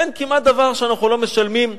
אין כמעט דבר שאנחנו לא משלמים בו.